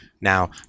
Now